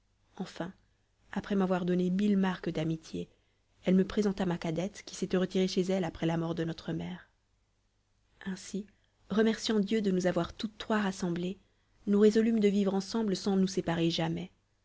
enfin après m'avoir donné mille marques d'amitié elle me présenta ma cadette qui s'était retirée chez elle après la mort de notre mère ainsi remerciant dieu de nous avoir toutes trois rassemblées nous résolûmes de vivre libres sans nous séparer jamais